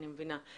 אני מבינה,